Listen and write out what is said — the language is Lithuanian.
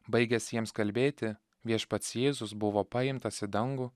baigęs jiems kalbėti viešpats jėzus buvo paimtas į dangų